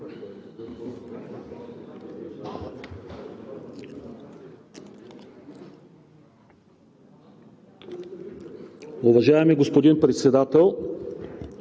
Уважаеми господин Председател!